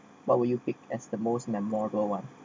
but will you pick as the most memorable one